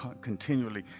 continually